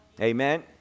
Amen